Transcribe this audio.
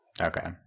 Okay